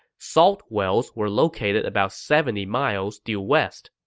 salt wells were located about seventy miles due west.